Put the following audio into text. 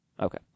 Okay